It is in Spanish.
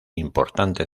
importante